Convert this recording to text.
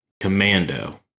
Commando